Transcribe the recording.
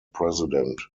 president